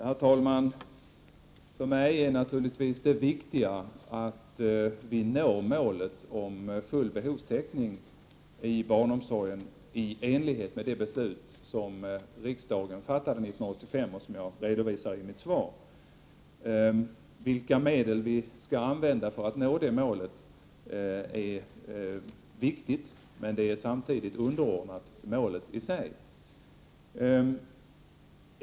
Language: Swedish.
Herr talman! För mig är naturligtvis det viktiga att vi når målet full behovstäckning i barnomsorgen i enlighet med de beslut som riksdagen fattade 1985 och som jag redovisade i mitt svar. Det är viktigt att veta vilka medel vi skall använda för att nå det målet, men det är samtidigt underordnat målet i sig.